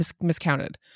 miscounted